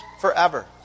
forever